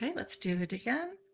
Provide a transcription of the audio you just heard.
let's do it again.